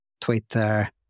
Twitter